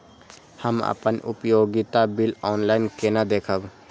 हम अपन उपयोगिता बिल ऑनलाइन केना देखब?